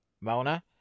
Mona